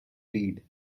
reed